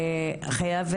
וגם במשטרה,